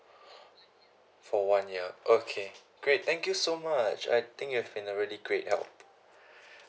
for one year okay great thank you so much I think you have been a really great help